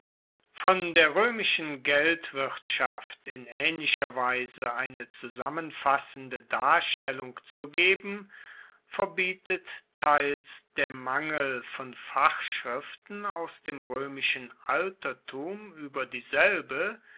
von der roemischen geldwirtschaft in aehnlicher weise eine zusammenfassende darstellung zu geben verbietet teils der mangel von fachschriften aus dem roemischen altertum ueber dieselbe